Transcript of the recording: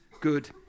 good